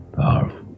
Powerful